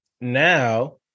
now